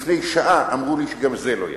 לפני שעה אמרו לי שגם זה לא יעבור.